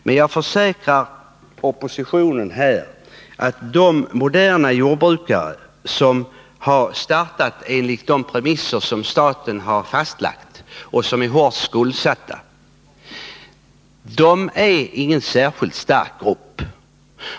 Men jag försäkrar oppositionen att de moderna jordbrukare som har startat enligt de av staten fastlagda premisserna och som är hårt skuldsatta inte är någon särskilt stark grupp.